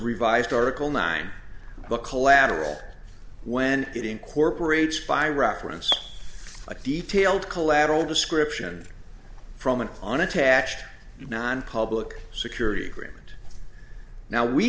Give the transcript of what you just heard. revised article nine book collateral when it incorporates by reference a detailed collateral description from an unattached nonpublic security agreement now we